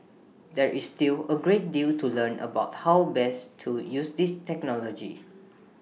there is still A great deal to learn about how best to use this technology